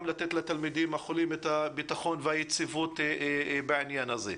לתת לתלמידים החולים את הביטחון והיציבות בעניין הזה.